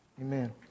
amen